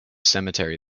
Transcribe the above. cemetery